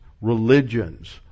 religions